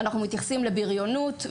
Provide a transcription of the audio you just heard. ואנחנו מתייחסים לבריונות,